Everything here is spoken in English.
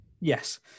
Yes